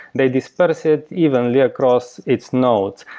they disperse it evenly across its notes,